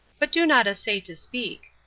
but do not essay to speak.